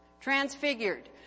Transfigured